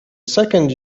second